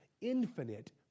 infinite